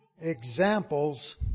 examples